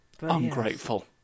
Ungrateful